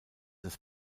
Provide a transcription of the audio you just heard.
des